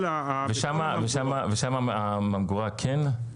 ושם הממגורה כן חסומה?